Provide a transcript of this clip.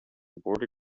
border